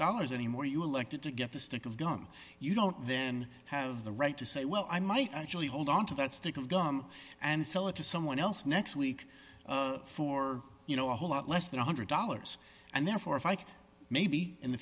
dollars anymore you elected to get the stick of gum you don't then have the right to say well i might actually hold onto that stick of gum and sell it to someone else next week for you know a whole lot less than one hundred dollars and therefore if i can maybe in the